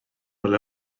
fel